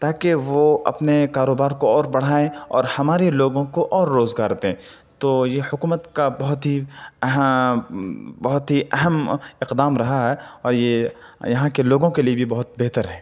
تاکہ وہ اپنے کاروبار کو اور بڑھائیں اور ہمارے لوگوں کو اور روزگار دیں تو یہ حکومت کا بہت ہی اہم بہت ہی اہم اقدام رہا اور یہ یہاں کے لوگوں کے لیے بھی بہت بہتر ہے